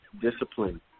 discipline